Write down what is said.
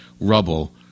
rubble